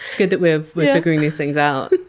good that we're we're figuring these things out.